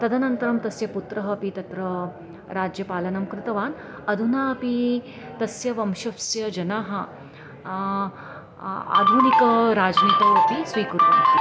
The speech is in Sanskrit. तदनन्तरं तस्य पुत्रः अपि तत्र राज्यपालनं कृतवान् अधुना अपि तस्य वंशस्य जनाः आधुनिक राजनीतौ अपि स्वीकुर्वन्ति